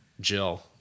Jill